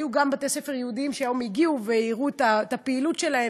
היו גם בתי-ספר יהודיים שהיום הגיעו והראו גם את הפעילות שלהם,